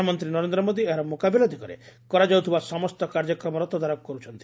ପ୍ରଧାନମନ୍ତୀ ନରେନ୍ଦ ମୋଦି ଏହାର ମୁକାବିଲା ଦିଗରେ କରାଯାଉଥିବା ସମସ୍ତ କାର୍ଯ୍ୟକ୍ରମର ତଦାରଖ କର୍ବଛନ୍ତି